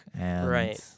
Right